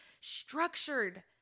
structured